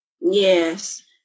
Yes